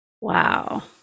Wow